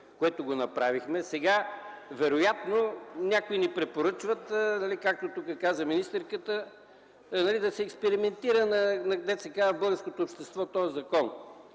което го направихме. Сега вероятно някои ни препоръчват, както тук каза министърката, да се експериментира, дето се казва, на българското общество този закон.